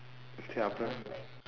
சரி அப்புறம்:sari appuram